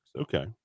okay